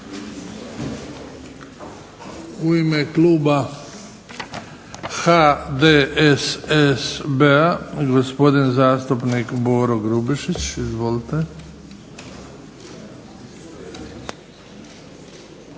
U ime kluba HDSSB-a, gospodin zastupnik Boro Grubišić. Izvolite.